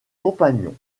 compagnon